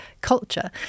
culture